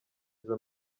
izo